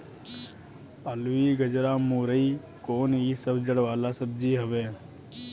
अलुई, गजरा, मूरइ कोन इ सब जड़ वाला सब्जी हवे